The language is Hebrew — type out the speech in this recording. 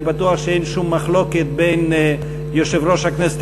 אני בטוח שאין שום מחלוקת בין יושב-ראש הכנסת